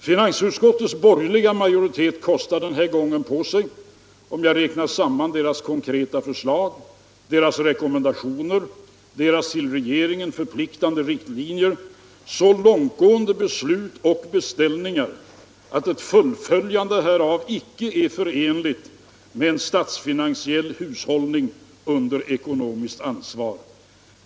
Finansutskottets borgerliga majoritet kostar den här gången på sig, om jag räknar samman dess konkreta förslag, dess rekommendationer, dess förpliktande riktlinjer, så långtgående beslut och beställningar att ett fullföljande därav icke är förenligt med en statsfinansiell hushållning under ekonomiskt ansvar.